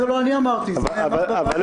שינוי משטר, זה לא אני אמרתי.